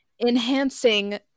Enhancing